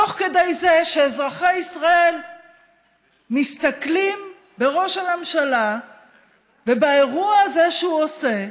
תוך כדי זה שאזרחי ישראל מסתכלים בראש הממשלה ובאירוע הזה שהוא עושה,